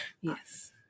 Yes